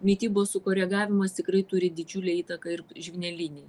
mitybos sukoregavimas tikrai turi didžiulę įtaką ir žvynelinei